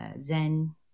Zen